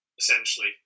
essentially